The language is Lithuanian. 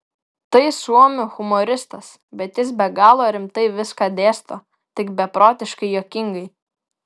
tai suomių humoristas bet jis be galo rimtai viską dėsto tik beprotiškai juokingai